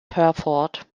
herford